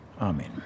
Amen